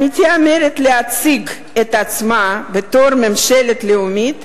המתיימרת להציג את עצמה בתור ממשלה לאומית,